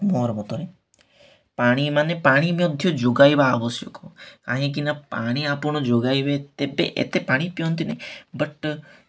ମୋର ମତରେ ପାଣି ମାନେ ପାଣି ମଧ୍ୟ ଯୋଗାଇବା ଆବଶ୍ୟକ କାହିଁକି ନା ପାଣି ଆପଣ ଯୋଗାଇବେ ତେବେ ଏତେ ପାଣି ପିଅନ୍ତି ନି ବଟ୍